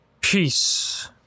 peace